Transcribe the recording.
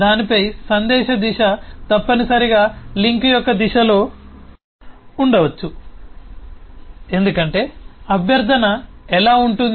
దానిపై సందేశ దిశ తప్పనిసరిగా లింక్ యొక్క దిశలో ఉండవచ్చు ఎందుకంటే అభ్యర్థన ఎలా ఉంటుంది